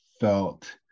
felt